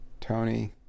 Tony